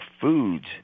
foods